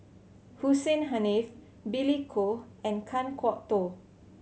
Hussein Haniff Billy Koh and Kan Kwok Toh